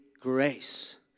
grace